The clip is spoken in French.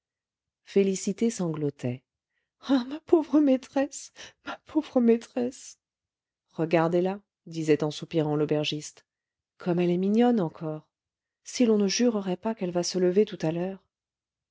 ah ma pauvre maîtresse ma pauvre maîtresse regardez-la disait en soupirant l'aubergiste comme elle est mignonne encore si l'on ne jurerait pas qu'elle va se lever tout à l'heure